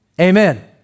Amen